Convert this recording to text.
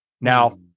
now